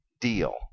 deal